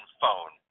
phone